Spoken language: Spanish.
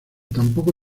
tampoco